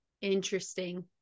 Interesting